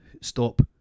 stop